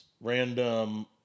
random